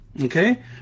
Okay